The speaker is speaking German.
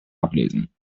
ablesen